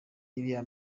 iriya